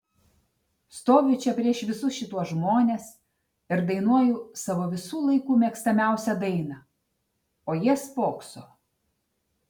stoviu čia prieš visus šituos žmones ir dainuoju savo visų laikų mėgstamiausią dainą o jie spokso